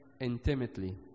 intimately